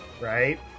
right